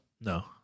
No